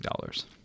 dollars